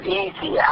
easy